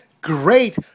great